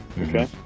okay